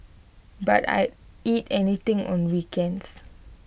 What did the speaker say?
but I'd eat anything on weekends